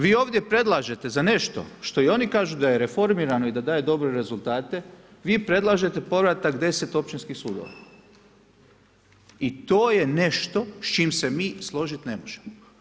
Vi ovdje predlažete za nešto što i oni kažu da je reformirano i da daju dobre rezultate, vi predlažete povratak 10 općinskih sudova i to je nešto s čime se mi složiti ne možemo.